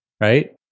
right